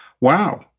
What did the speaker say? wow